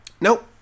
Nope